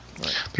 Right